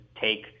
take